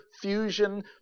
fusion